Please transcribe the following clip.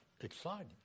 exciting